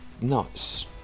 nuts